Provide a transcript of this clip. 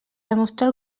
demostrar